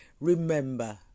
Remember